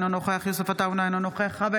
אינו נוכח יוסף עטאונה,